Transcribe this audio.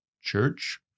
church